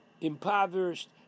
impoverished